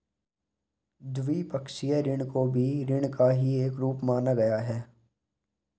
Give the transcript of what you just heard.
द्विपक्षीय ऋण को भी ऋण का ही एक रूप माना गया है